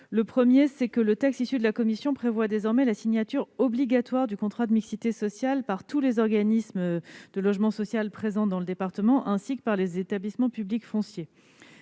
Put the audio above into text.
le texte issu des travaux de la commission prévoit la signature obligatoire du contrat de mixité sociale par tous les organismes de logement social présents dans le département, ainsi que par les établissements publics fonciers.